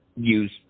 use